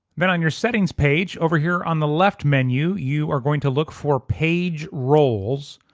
then on your settings page over here on the left menu you are going to look for page roles.